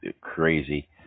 crazy